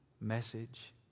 message